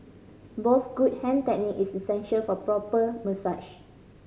both good hand technique is essential for a proper